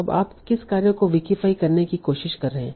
अब आप किस कार्य को विकीफाई करने की कोशिश कर रहे हैं